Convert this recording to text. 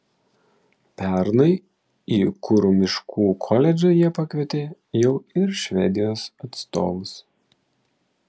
pernai į kuru miškų koledžą jie pakvietė jau ir švedijos atstovus